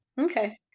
okay